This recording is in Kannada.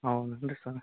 ಹೌದೇನು ರಿ ಸರ